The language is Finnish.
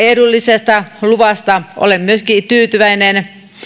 edullisesta luvasta olen myöskin tyytyväinen